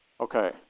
Okay